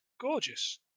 Gorgeous